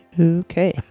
Okay